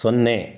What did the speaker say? ಸೊನ್ನೆ